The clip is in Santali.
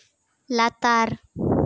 ᱞᱟᱛᱟᱨ